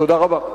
תודה רבה.